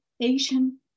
Asian